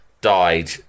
died